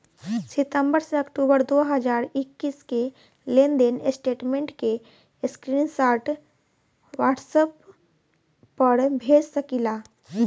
सितंबर से अक्टूबर दो हज़ार इक्कीस के लेनदेन स्टेटमेंट के स्क्रीनशाट व्हाट्सएप पर भेज सकीला?